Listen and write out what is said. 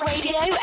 radio